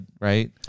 Right